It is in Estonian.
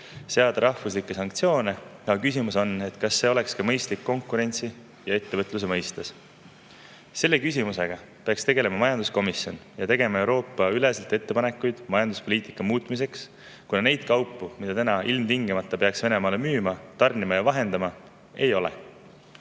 Eesti riigina] sanktsioone, aga küsimus on, kas see oleks konkurentsi ja ettevõtluse seisukohalt mõistlik. Selle küsimusega peaks tegelema majanduskomisjon ja tegema Euroopa-üleselt ettepanekuid majanduspoliitika muutmiseks, kuna neid kaupu, mida praegu ilmtingimata peaks Venemaale müüma, tarnima ja vahendama, ei ole.